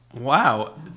wow